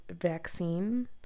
vaccine